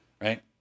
right